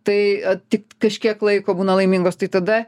tai tik kažkiek laiko būna laimingos tai tada